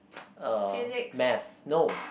uh math no